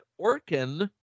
Orkin